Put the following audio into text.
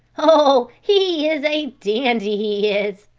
oh, he is a dandy, he is!